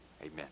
Amen